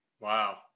Wow